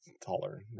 taller